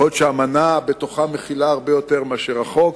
יכול להיות שהאמנה מכילה בתוכה הרבה יותר מהחוק,